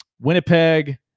Winnipeg